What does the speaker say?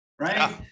right